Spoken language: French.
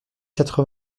quatre